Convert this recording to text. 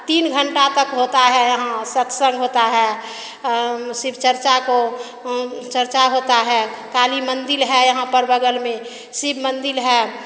तीन घंटा तक होता है यहाँ सत्संग होता है शिव चर्चा को चर्चा होता है काली मंदिर है यहाँ पर बगल में शिव मंदिर है